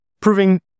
proving